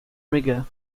riga